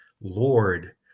Lord